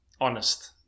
honest